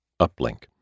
Uplink